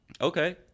okay